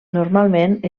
normalment